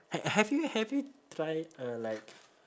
ha~ have you have you try uh like